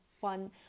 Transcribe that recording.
fun